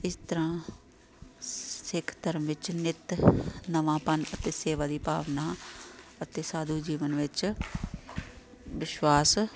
ਇਸ ਤਰ੍ਹਾਂ ਸਿੱਖ ਧਰਮ ਵਿੱਚ ਨਿੱਤ ਨਵਾਂ ਪੰਥ ਅਤੇ ਸੇਵਾ ਦੀ ਭਾਵਨਾ ਅਤੇ ਸਾਧੂ ਜੀਵਨ ਵਿੱਚ ਵਿਸ਼ਵਾਸ